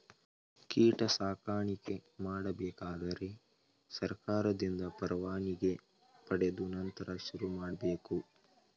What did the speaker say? ಕೀಟ ಸಾಕಾಣಿಕೆ ಮಾಡಬೇಕಾದರೆ ಸರ್ಕಾರದಿಂದ ಪರವಾನಿಗೆ ಪಡೆದು ನಂತರ ಶುರುಮಾಡಬೇಕು